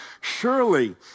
surely